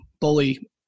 bully